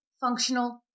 functional